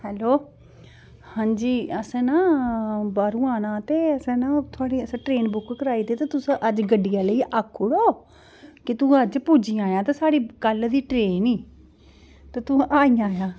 hello हां जी असें ना बाहरूं आना ते असें ना थुआढ़ी असें ट्रेन बुक कराई दी ते तुसें अज्ज गड्डी आह्ले ई आक्खू ओड़ो की तूं अज्ज पुज्जी जायां ते साढ़ी कल दी ट्रेन ई ते तूं आई जायां